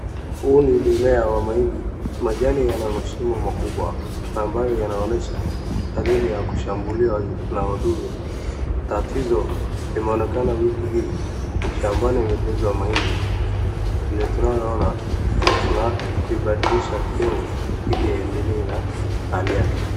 Huu ni mimea wa mahindi, majani yana mashimo makubwa, ambayo yanaonyesha dalili ya kushambuliwa na wadudu. Tatizo imeonekana wiki hii, shambani imejazwa mahindi, vile tunavyo ona kuna kuibalidiisha kidogo ili iendelee na, hali yake.